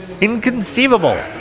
Inconceivable